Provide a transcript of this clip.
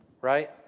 right